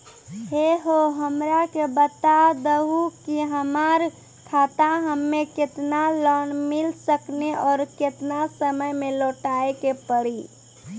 है हो हमरा के बता दहु की हमार खाता हम्मे केतना लोन मिल सकने और केतना समय मैं लौटाए के पड़ी?